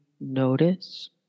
notice